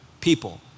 people